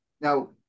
Now